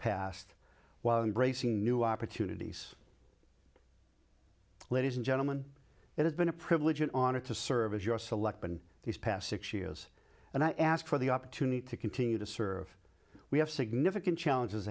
past while embracing new opportunities ladies and gentlemen it has been a privilege an honor to serve as your selection these past six years and i ask for the opportunity to continue to serve we have significant challenges